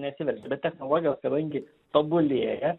nesiveržia bet technologijos kadangi tobulėja